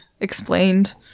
explained